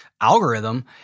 algorithm